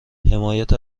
حمایت